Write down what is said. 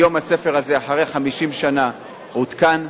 היום הספר הזה, אחרי 50 שנה, עודכן.